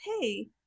hey